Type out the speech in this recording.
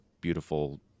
beautiful